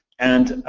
and